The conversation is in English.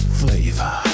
flavor